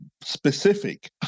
specific